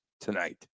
tonight